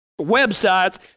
websites